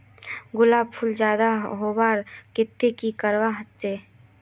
गुलाब फूल ज्यादा होबार केते की करवा सकोहो ही?